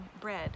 bread